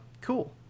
cool